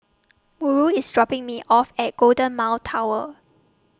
Murl IS dropping Me off At Golden Mile Tower